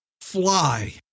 fly